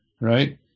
right